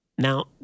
Now